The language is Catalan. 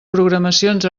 programacions